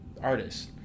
artists